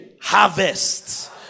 Harvest